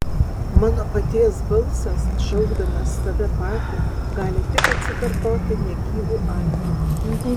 mano paties balsas šaukdamas save patį gali tik atsikartoti negyvu aidu